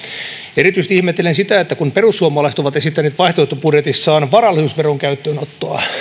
erityisesti ihmettelen sitä että kun perussuomalaiset ovat esittäneet vaihtoehtobudjetissaan varallisuusveron käyttöönottoa